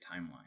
timeline